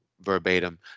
verbatim